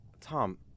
Tom